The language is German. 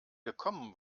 gekommen